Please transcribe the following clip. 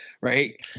right